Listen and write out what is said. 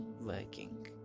working